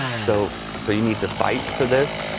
so so you need to fight for this.